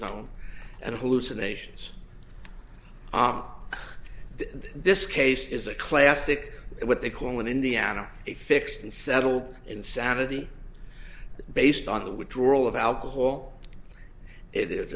in this case is a classic what they call in indiana a fixed and settled insanity based on the withdrawal of alcohol it is